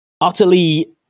utterly